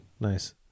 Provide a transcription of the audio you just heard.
nice